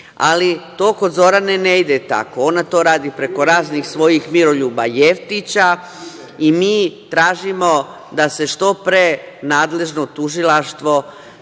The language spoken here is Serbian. Ali, to kod Zorane ne ide tako. Ona to radi preko raznih svojih Miroljuba Jeftića. Mi tražimo da se što pre nadležno tužilaštvo